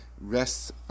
rests